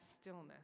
stillness